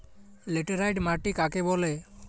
Laterite মাটি কাকে বলে?